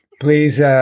Please